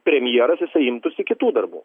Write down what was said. premjeras jisai imtųsi kitų darbų